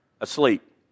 asleep